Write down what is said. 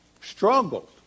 struggled